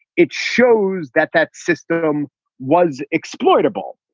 it shows that that system was exploitable.